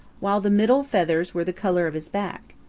while the middle feathers were the color of his back.